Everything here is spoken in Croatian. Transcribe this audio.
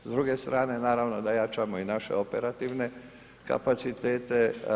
S druge strane naravno da jačamo i naše operativne kapacitete.